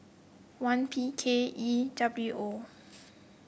one P K E W O